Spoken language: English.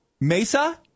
Mesa